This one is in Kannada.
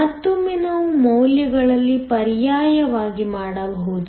ಮತ್ತೊಮ್ಮೆ ನಾವು ಮೌಲ್ಯಗಳಲ್ಲಿ ಪರ್ಯಾಯವಾಗಿ ಮಾಡಬಹುದು